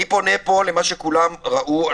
אני פונה פה למה שכולם קיבלו,